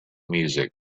music